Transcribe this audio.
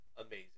amazing